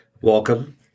welcome